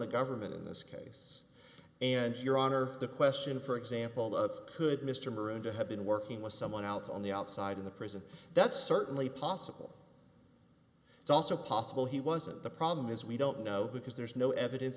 the government in this case and your honor if the question for example that's good mr moran to have been working with someone else on the outside in the prison that's certainly possible it's also possible he wasn't the problem is we don't know because there's no evidence